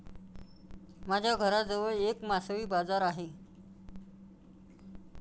माझ्या घराजवळ एक मासळी बाजार आहे